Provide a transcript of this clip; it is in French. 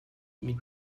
mille